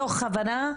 מתוך הבנה,